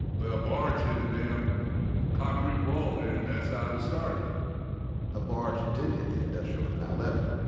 but a barge hit a damn concrete wall there, and that's how it started a barge did hit the industrial canal levee.